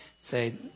Say